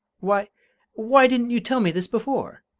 why why didn't you tell me this before?